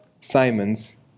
Simon's